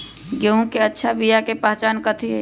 गेंहू के अच्छा बिया के पहचान कथि हई?